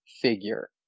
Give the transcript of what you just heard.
figure